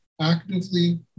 actively